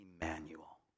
Emmanuel